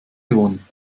gewonnen